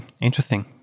interesting